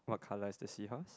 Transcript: what color is the seahorse